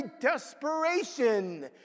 desperation